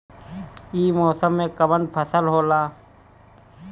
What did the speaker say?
ई मौसम में कवन फसल होला?